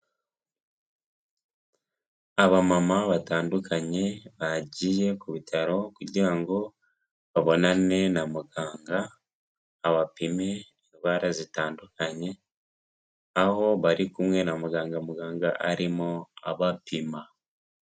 Abamama batandukanye bagiye ku bitaro kugira ngo babonane na muganga abapime indwara zitandukanye. Aho bari kumwe na muganga, muganga arimo abapima.